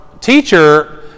teacher